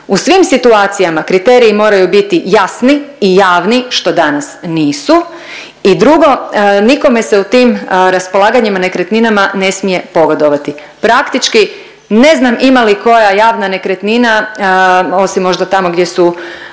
U svim situacijama kriteriji moraju biti jasni i javni što danas nisu. I drugo, nikome se u tim raspolaganjima nekretninama ne smije pogodovati. Praktički ne znam ima li koja javna nekretnina osim možda tamo gdje su